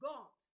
God